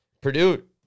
Purdue